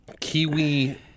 Kiwi